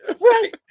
Right